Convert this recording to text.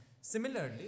Similarly